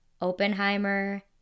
Oppenheimer